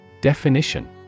Definition